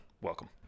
welcome